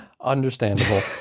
Understandable